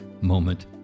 moment